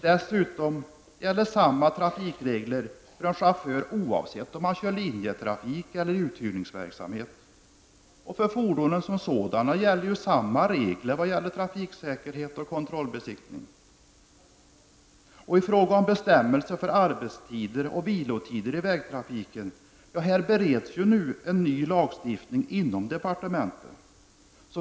Dessutom gäller samma trafikregler för chauffören oavsett om han kör i linjetrafik eller inom uthyrningsverksamhet. För fordonen som sådana gäller samma regler vad avser trafiksäkerhet och kontrollbesiktning. I fråga om bestämmelser om arbetstider och vilotider i vägtrafiken bereds en ny lag inom departementet.